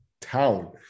town